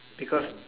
because